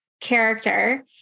character